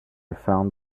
found